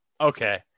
Okay